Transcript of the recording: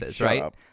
right